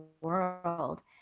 world